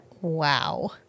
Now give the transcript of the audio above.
wow